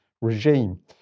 regime